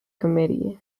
committee